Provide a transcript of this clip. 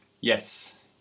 Yes